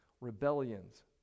rebellions